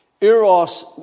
Eros